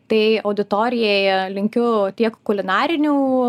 tai auditorijai linkiu tiek kulinarinių